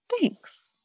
Thanks